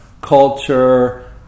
culture